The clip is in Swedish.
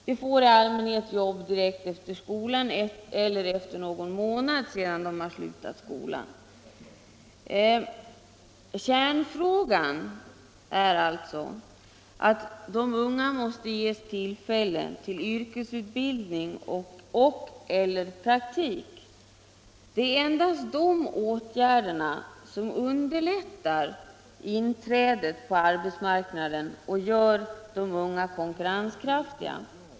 De får alltid jobb direkt efter skolan eller efter någon månad sedan de har slutat skolan. Kärnfrågan är alltså att de unga måste ges tillfälle till yrkesutbildning och/eller praktik. Endast de åtgärderna underlättar inträdet på arbetsmarknaden och gör de unga konkurrenskraftiga.